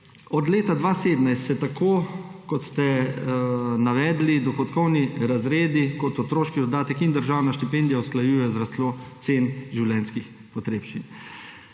Od leta 2017 se, tako kot ste navedli, dohodkovni razredi, tako kot otroški dodatek in državna štipendija, usklajujejo z rastjo cen življenjskih potrebščin.